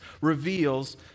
reveals